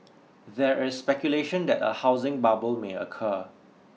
there is speculation that a housing bubble may occur